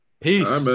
Peace